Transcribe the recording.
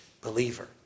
believer